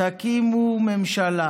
תקימו ממשלה,